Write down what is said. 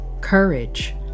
courage